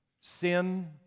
sin